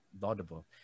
laudable